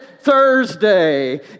Thursday